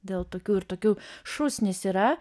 dėl tokių ir tokių šūsnis yra